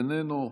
איננו.